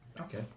Okay